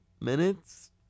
minutes